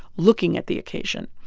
looking at the occasion.